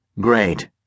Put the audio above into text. Great